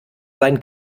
sein